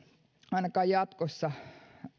ainakaan jatkossa